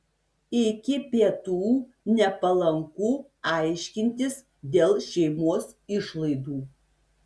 iki pietų nepalanku aiškintis dėl šeimos išlaidų